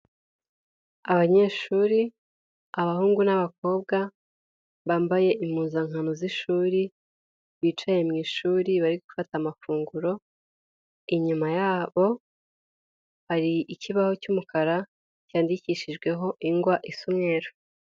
Abanyeshuri abahungu n'abakobwa bambaye impuzankano z'ishuri bicaye mu ishuri bari gufata amafunguro inyuma yabo hari ikibaho cy'umukara cyandikishijweho ingwa isa umweru.